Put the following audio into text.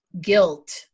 guilt